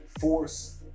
force